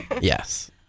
Yes